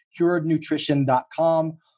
curednutrition.com